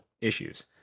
issues